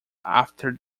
after